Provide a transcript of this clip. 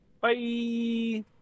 Bye